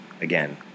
again